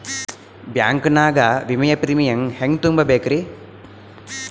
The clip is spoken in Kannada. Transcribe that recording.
ಬ್ಯಾಂಕ್ ನಾಗ ವಿಮೆಯ ಪ್ರೀಮಿಯಂ ಹೆಂಗ್ ತುಂಬಾ ಬೇಕ್ರಿ?